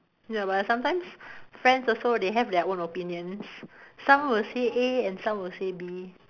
ya but sometimes friends also they have their own opinions some will say A and some will say B